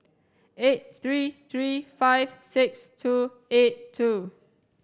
eight three three five six two eight two